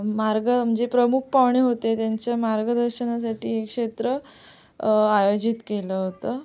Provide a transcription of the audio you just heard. मार्ग म्हणजे प्रमुख पाहुणे होते त्यांच्या मार्गदर्शनासाठी एक क्षेत्र आयोजित केलं होतं